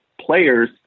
players